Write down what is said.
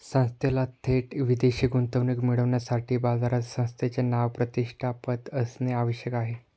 संस्थेला थेट विदेशी गुंतवणूक मिळविण्यासाठी बाजारात संस्थेचे नाव, प्रतिष्ठा, पत असणे आवश्यक आहे